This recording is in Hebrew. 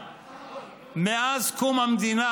מאז קום המדינה.